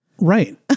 Right